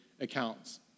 accounts